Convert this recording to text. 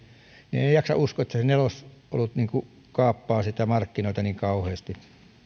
niin että en jaksa uskoa että se nelosolut kaappaa niitä markkinoita niin kauheasti